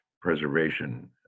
preservation